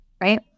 right